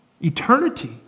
Eternity